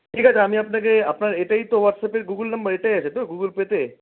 ঠিক আছে আমি আপনাকে আপনার এটাই তো হোয়াটসঅ্যাপের গুগল নাম্বার এটাই আছে তো গুগল পেতে